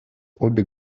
обе